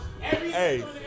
Hey